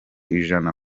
ijana